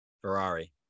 Ferrari